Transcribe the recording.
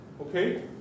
Okay